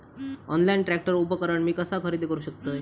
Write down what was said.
Online tractor उपकरण मी कसा खरेदी करू शकतय?